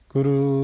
Guru